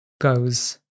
goes